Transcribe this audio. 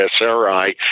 SRI